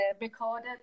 recorded